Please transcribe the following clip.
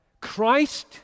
Christ